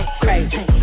crazy